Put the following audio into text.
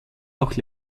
auch